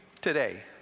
today